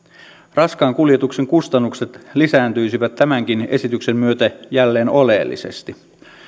raskaan kuljetuksen kustannukset lisääntyisivät tämänkin esityksen myötä jälleen oleellisesti